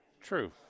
True